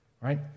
right